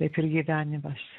taip ir gyvenimas